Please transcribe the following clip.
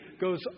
goes